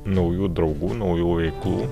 naujų draugų naujų veiklų